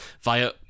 via